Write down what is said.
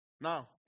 Now